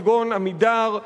כגון "עמידר",